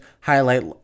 highlight